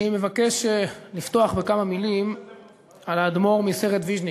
אני מבקש לפתוח בכמה מילים על האדמו"ר מסערט ויז'ניץ,